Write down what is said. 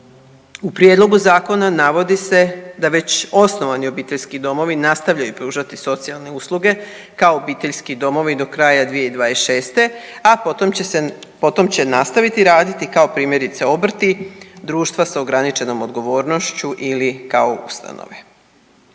U prijedlogu zakona navodi se da već osnovani obiteljski domovi nastavljaju pružati socijalne usluge kao obiteljski domovi do kraja 2026., a potom će se, potom će nastaviti raditi kao primjerice obrti, društva s ograničenom odgovornošću ili kao ustanove.